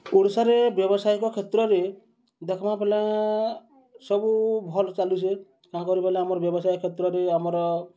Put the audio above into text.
ଓଡ଼ିଶାରେ ବ୍ୟବସାୟିକ କ୍ଷେତ୍ରରେ ଦେଖ୍ମା ବେଲେ ସବୁ ଭଲ୍ ଚାଲୁଚେ କାଁ କରି ବେଲେ ଆମର୍ ବ୍ୟବସାୟ କ୍ଷେତ୍ରରେ ଆମର୍